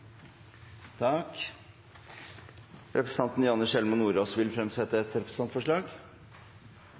Representanten Janne Sjelmo Nordås vil fremsette et representantforslag.